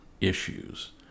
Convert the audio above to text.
issues